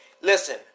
Listen